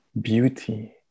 beauty